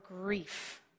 grief